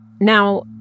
Now